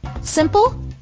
simple